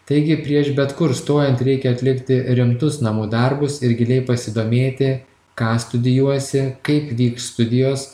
taigi prieš bet kur stojant reikia atlikti rimtus namų darbus ir giliai pasidomėti ką studijuosi kaip vyks studijos